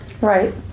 right